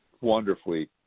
wonderfully